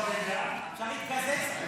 (ביטול עבירת השוטטות),